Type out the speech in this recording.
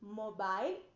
mobile